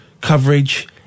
coverage